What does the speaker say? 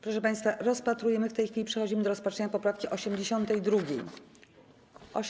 Proszę państwa, rozpatrujemy w tej chwili, przechodzimy do rozpatrzenia poprawki 82.